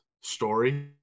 story